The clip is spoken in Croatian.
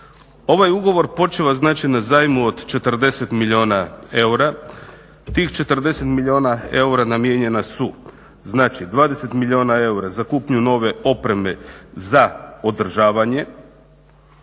Ovaj ugovor počeo je znači na zajmu od 40 milijuna eura, tih 40 milijuna eura namijenjena su, znači 20 milijuna eura za kupnju nove opreme za održavanje,